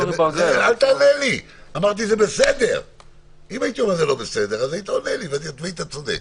אז נתכנס עוד שעה,